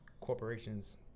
corporations